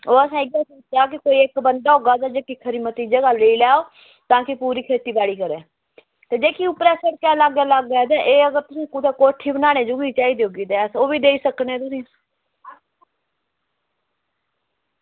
ते असें इयै रक्खे दा की इक्क बंदा होग ते ओह् खरी जगह लेई लैग ताकी पूरी खेती बाड़ी करै ते जेह्की पूरी सिड़कै दे लागै लागै ते एह् कुदै कोठी आस्तै ओह्बी देई सकने तुसें ई